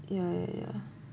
yeah yeah yeah